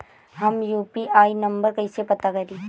हम UPI number कइसे पता करी?